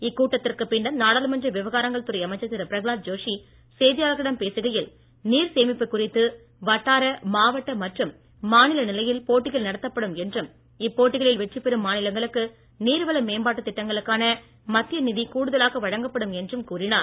இக்கூட்டத்திற்கு பின்னர் நாடாளுமன்ற விவகாரங்கள் துறை அமைச்சர் திரு பிரகலாத் ஜோஷி செய்தியாளர்களிடம் பேசுகையில் நீர் சேமிப்பு குறித்து வட்டார மாவட்ட மற்றும் மாநில நிலையில் போட்டிகள் நடத்தப்படும் என்றும் இப்போட்டிகளில் வெற்றி பெறும் மாநிலங்களுக்கு நீர்வள மேம்பாட்டு திட்டங்களுக்கான மத்திய நிதி கூடுதலாக வழங்கப்படும் என்றும் கூறினார்